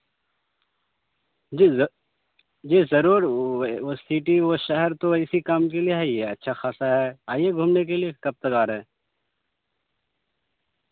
جی جی ضرور وہ سٹی وہ شہر تو اسی کام کے لیے ہے یہ اچھا خاصا ہے آئیے گھومنے کے لیے کب تک آ رہے ہے